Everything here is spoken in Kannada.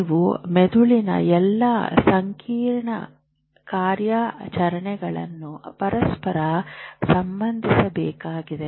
ನೀವು ಮೆದುಳಿನ ಎಲ್ಲಾ ಸಂಕೀರ್ಣ ಕಾರ್ಯಾಚರಣೆಗಳನ್ನು ಪರಸ್ಪರ ಸಂಬಂಧಿಸಬೇಕಾಗಿದೆ